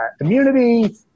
immunity